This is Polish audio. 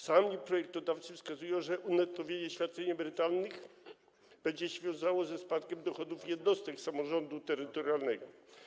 Sami projektodawcy wskazują, że unettowienie świadczeń emerytalnych będzie się wiązało ze spadkiem dochodów jednostek samorządu terytorialnego.